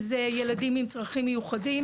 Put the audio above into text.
אם זה ילדים עם צרכים מיוחדים,